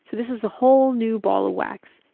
so this is a whole new ball of wax.